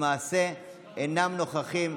למעשה, הם אינם נוכחים,